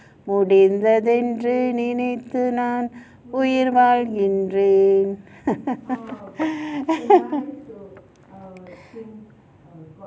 முடிந்ததென்று நினைத்து நான் உயிர் வாழ்கின்றேன்:muinthathendru niniaththu naan uyir vaazhgindrenun